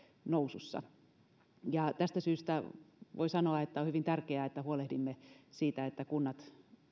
nousussa tästä syystä voi sanoa että on hyvin tärkeää että huolehdimme siitä että kunnat